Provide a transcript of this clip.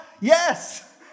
Yes